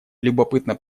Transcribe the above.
любопытно